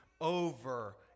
over